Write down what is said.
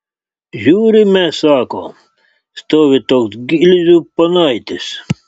žiūrime sako stovi toks gilzių ponaitis